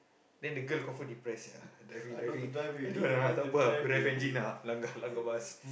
then the girl confirm depressed sia driving driving tak apa ah aku left engine ah aku langgar langgar bus